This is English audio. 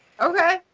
Okay